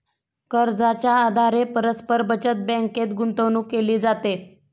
कर्जाच्या आधारे परस्पर बचत बँकेत गुंतवणूक केली जाते